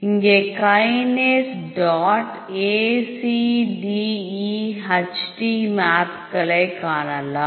இங்கே கைனேஸ் dot A C d e HD மேப்களை காணலாம்